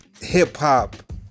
hip-hop